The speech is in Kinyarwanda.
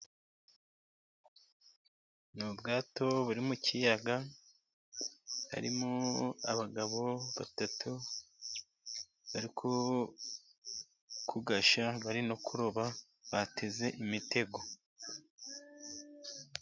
Ni ubwato buri mu kiyaga, harimo abagabo batatu bari kugashya, bari no kuroba, bateze imitego.